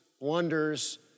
wonders